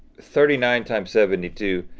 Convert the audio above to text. thirty nine times seventy two,